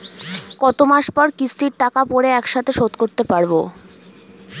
কত মাস পর কিস্তির টাকা পড়ে একসাথে শোধ করতে পারবো?